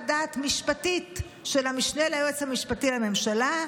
דעת משפטית של המשנה ליועץ המשפטי לממשלה,